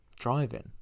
driving